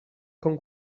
con